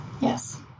Yes